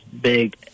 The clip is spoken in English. big